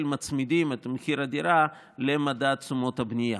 מצמידים את מחיר הדירה למדד תשומות הבנייה.